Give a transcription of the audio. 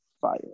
fire